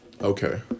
Okay